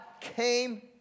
came